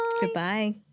Goodbye